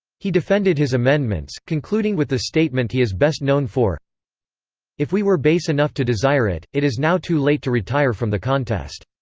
he defended his amendments, concluding with the statement he is best known for if we were base enough to desire it, it is now too late to retire from the contest.